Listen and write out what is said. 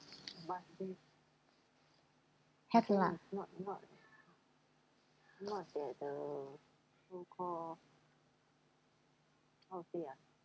have to lah